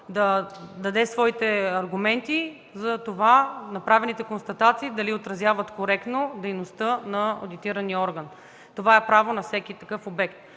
да даде своите аргументи за това направените констатации дали отразяват коректно дейността на одитирания орган. Това е право на всеки такъв обект.